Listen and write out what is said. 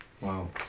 Wow